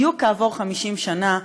בדיוק כעבור 50 שנה,